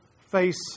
face